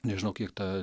nežinau kiek ta